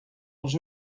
els